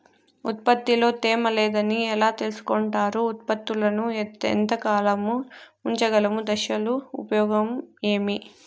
ఉత్పత్తి లో తేమ లేదని ఎలా తెలుసుకొంటారు ఉత్పత్తులను ఎంత కాలము ఉంచగలము దశలు ఉపయోగం ఏమి?